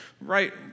Right